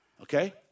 Okay